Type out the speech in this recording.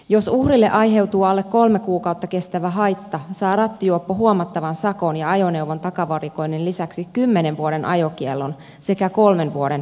jos uhrille aiheutuu alle kolme kuukautta kestävä haitta saa rattijuoppo huomattavan sakon ja ajoneuvon takavarikoinnin lisäksi kymmenen vuoden ajokiellon sekä kolmen vuoden vankeustuomion